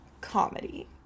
comedy